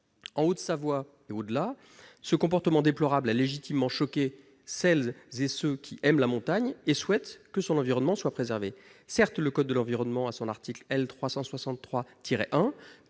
En Haute-Savoie et au-delà, ce comportement déplorable a légitimement choqué celles et ceux qui aiment la montagne et souhaitent que son environnement soit préservé. Certes, l'article L. 363-1